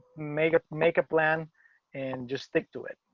mega make a plan and just stick to it.